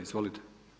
Izvolite.